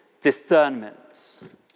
discernment